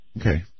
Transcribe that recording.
Okay